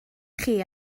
chi